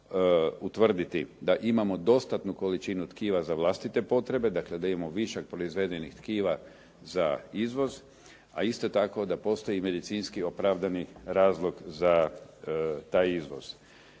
da imamo dostatnu količinu tkiva za vlastite potrebe, dakle da imamo višak proizvedenih tkiva za izvoz a isto tako da postoji medicinski opravdani razlog za taj izvoz.